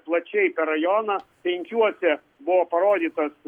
plačiai per rajoną penkiuose buvo parodytas